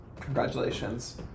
Congratulations